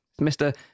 Mr